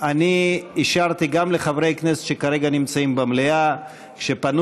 אני אישרתי גם לחברי כנסת שכרגע נמצאים במליאה שפנו